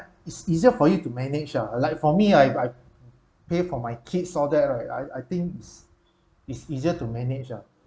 it's easier for you to manage ah like for me I I pay for my kids all that right I I think it's it's easier to manage ah